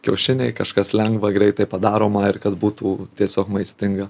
kiaušiniai kažkas lengva greitai padaroma ir kad būtų tiesiog maistinga